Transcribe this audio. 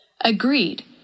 agreed